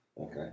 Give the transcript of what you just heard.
Okay